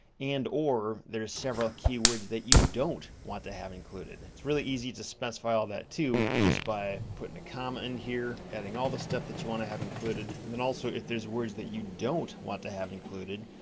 and, or there's several keywords that you don't want to have included. it's really easy to specify all that too, just by putting a comma in here, adding all the stuff that you want to have included and then also if there's words that you don't want to have included,